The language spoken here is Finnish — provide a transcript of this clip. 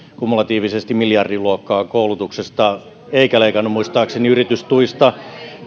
kumulatiivisesti miljardiluokkaa koulutuksesta eikä leikannut muistaakseni yritystuista